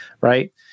right